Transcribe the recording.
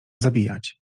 zabijać